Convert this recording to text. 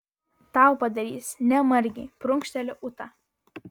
tau padarys ne margei prunkšteli ūta